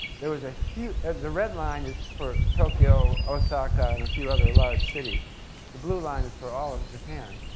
there was a huge, the red line is for tokyo, osaka, and a few other large cities the blue line is for all of japan.